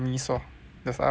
that's uploaded